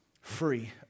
free